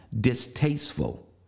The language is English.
distasteful